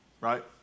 right